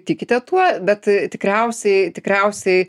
tikite tuo bet tikriausiai tikriausiai